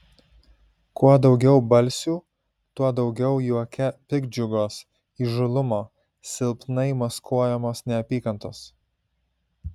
kuo daugiau balsių tuo daugiau juoke piktdžiugos įžūlumo silpnai maskuojamos neapykantos